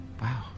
Wow